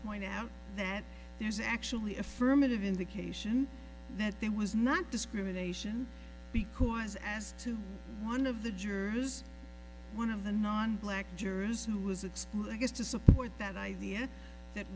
point out that there's actually affirmative indication that there was not discrimination because as to one of the jurors one of the non black jurors who was it's i guess to support that idea that